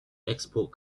export